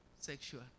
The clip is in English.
Sexual